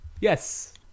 Yes